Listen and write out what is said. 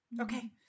Okay